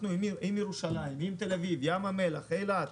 עם ירושלים, עם תל-אביב, עם ים המלח, עם אילת,